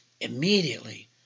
Immediately